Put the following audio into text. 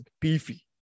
beefy